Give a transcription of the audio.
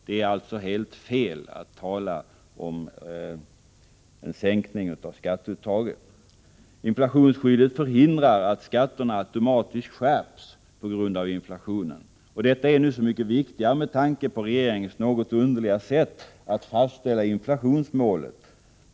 Det är alltså helt fel att tala om en sänkning av skatteuttaget. Inflationsskyddet förhindrar att skatterna automatiskt skärps på grund av inflationen. Detta är nu så mycket viktigare med tanke på regeringens något underliga sätt att fastställa inflationsmålet.